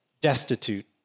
destitute